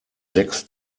sechs